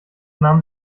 nahm